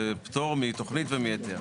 זה פטור מתוכנית ומהיתר.